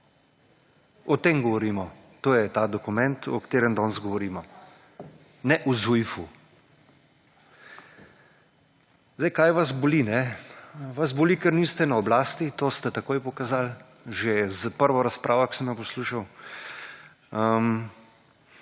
O tem govorimo, to je ta dokument, o katerem danes govorimo. Ne o ZUJF-u. Zdaj, kaj vas boli? Vas boli, ker niste na oblasti, to ste takoj pokazal, že z prvo razpravo, ki sem jo poslušal